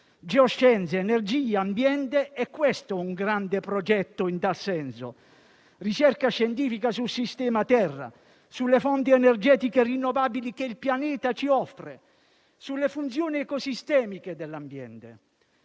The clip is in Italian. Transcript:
geoscienze, energia, ambiente: è questo un grande progetto in tal senso; ricerca scientifica sul sistema terra, sulle fonti energetiche rinnovabili che il pianeta ci offre, sulle funzioni ecosistemiche dell'ambiente.